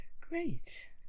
great